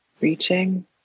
reaching